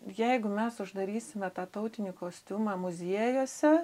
jeigu mes uždarysime tą tautinį kostiumą muziejuose